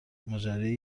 ماجرای